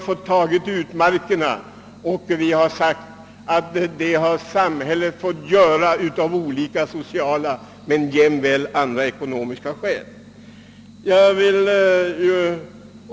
Nej, domänverket har fått ta utmarkerna och detta av sociala skäl men också av andra.